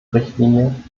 richtlinie